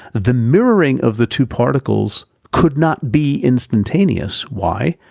the mirroring of the two particles could not be instantaneous, why?